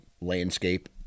landscape